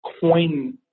coin